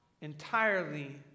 entirely